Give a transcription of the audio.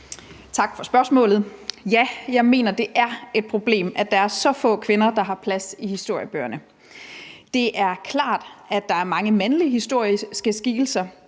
Tak for spørgsmålet. Ja, jeg mener, det er et problem, at der er så få kvinder, der har fået plads i historiebøgerne. Det er klart, at der er mange mandlige historiske skikkelser.